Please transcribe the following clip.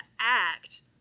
act